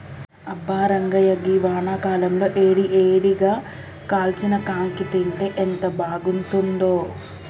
అబ్బా రంగాయ్య గీ వానాకాలంలో ఏడి ఏడిగా కాల్చిన కాంకి తింటే ఎంత బాగుంతుందో